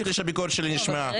אז אל תגיד לי שהביקורת שלי נשמעה.